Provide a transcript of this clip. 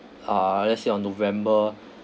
uh let's say on november